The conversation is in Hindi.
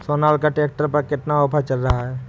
सोनालिका ट्रैक्टर पर कितना ऑफर चल रहा है?